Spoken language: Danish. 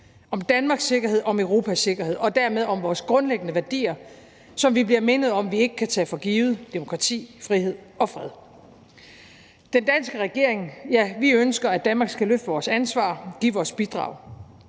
om Danmarks sikkerhed og om Europas sikkerhed og dermed om vores grundlæggende værdier, som vi bliver mindet om vi ikke kan tage for givet: Demokrati, frihed og fred. Den danske regering – ja, vi ønsker, at Danmark skal løfte vores ansvar, give vores bidrag.